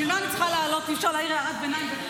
למה אני צריכה לעלות, אי-אפשר להעיר הערת ביניים.